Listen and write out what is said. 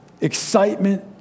excitement